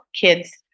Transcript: kids